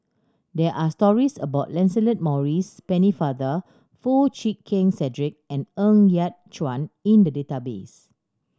there are stories about Lancelot Maurice Pennefather Foo Chee Keng Cedric and Ng Yat Chuan in the database